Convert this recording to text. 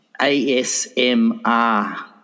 ASMR